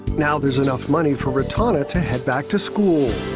now there is enough money for ratana to head back to school.